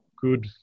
good